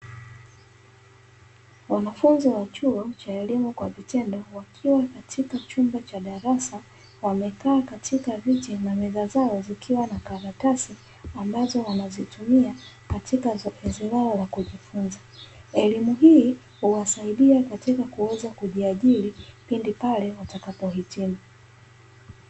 Wanafunzi wa chuo cha elimu kwa vitendo wakiwa katika chumba cha darasa, wamekaa katika viti na meza zao zikiwa na karatasi ambazo wanazitumia katika zoezi lao la kujifunza, elimu hii huwasaidia katika kuweza kujiajiri pindi pale watakapohitimu.